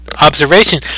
observation